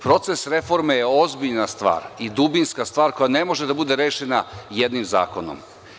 Proces reforme je ozbiljna stvar i dubinska stvar koja ne može da bude rešena jednim zakonom.